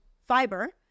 fiber